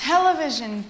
Television